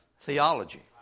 theology